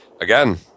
again